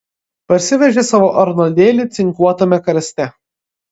parsivežė savo arnoldėlį cinkuotame karste